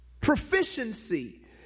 proficiency